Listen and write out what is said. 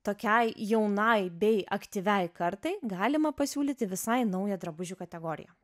tokiai jaunai bei aktyviai kartai galima pasiūlyti visai naują drabužių kategoriją